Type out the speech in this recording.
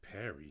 Perry